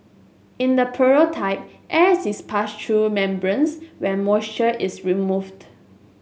in the prototype air is passed through membranes where moisture is removed